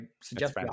suggest